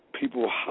People